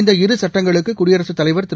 இந்த இரு சுட்டங்களுக்கு குடியரசுத்தலைவா் திரு